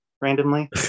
randomly